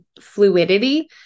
fluidity